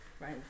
Right